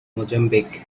mozambique